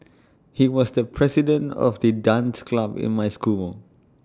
he was the president of the dance club in my school